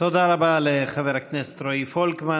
תודה רבה לחבר הכנסת רועי פולקמן.